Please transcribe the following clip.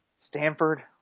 Stanford